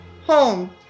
home